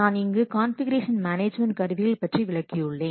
நான் இங்கு configuration management கருவிகள் பற்றி விளக்கியுள்ளேன்